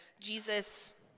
Jesus